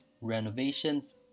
renovations